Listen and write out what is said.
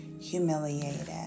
humiliated